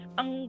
ang